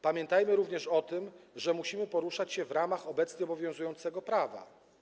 Pamiętajmy również o tym, że musimy poruszać się w ramach obecnie obowiązującego prawa.